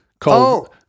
called